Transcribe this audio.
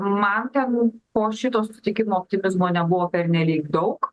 man ten po šito susitikimo optimizmo nebuvo pernelyg daug